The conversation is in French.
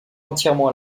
entièrement